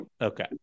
Okay